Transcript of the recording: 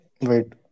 wait